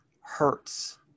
hurts